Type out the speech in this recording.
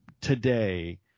today